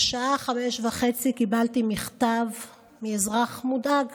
בשעה 17:30 קיבלתי מכתב מאזרח מודאג,